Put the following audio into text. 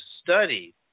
study